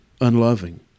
unloving